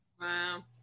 Wow